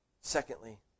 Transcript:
Secondly